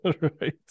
right